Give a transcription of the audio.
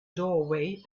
doorway